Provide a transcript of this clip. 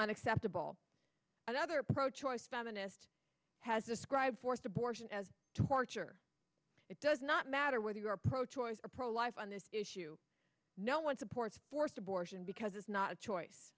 unacceptable another pro choice feminist has described forced abortion as torture it does not matter whether you are pro choice or pro life on this issue no one supports forced abortion because it's not a choice